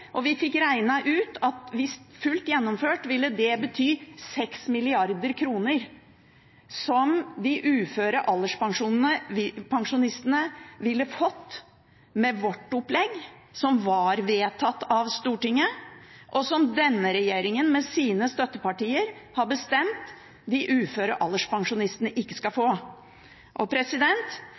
si. Vi fikk regnet ut at fullt gjennomført ville de uføre alderspensjonistene fått 6 mrd. kr med vårt opplegg, som var vedtatt av Stortinget – og som denne regjeringen, med sine støttepartier, har bestemt at de uføre alderspensjonistene ikke skal få.